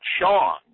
Sean